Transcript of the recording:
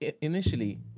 initially